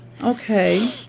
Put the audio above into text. Okay